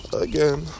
again